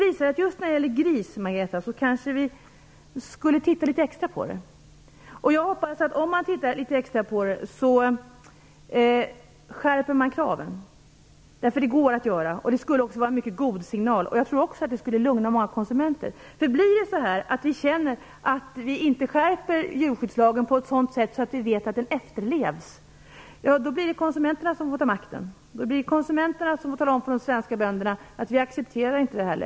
Vi kanske skulle titta litet extra på problemen med grisarna, Margareta Winberg. Om man gör det hoppas jag att vi skärper kraven. Det går att göra, och det skulle vara en mycket god signal. Jag tror också att det skulle lugna många konsumenter. Om de känner att vi inte skärper djurskyddslagen och ser till att den efterlevs, då blir det konsumenterna som får ta makten och tala om för de svenska bönderna att man inte längre accepterar det här.